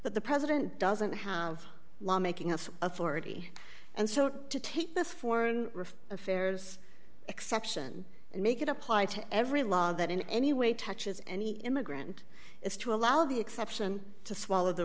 that the president doesn't have lawmaking of authority and so to take the foreign affairs exception and make it apply to every law that in any way touches any immigrant is to allow the exception to swallow the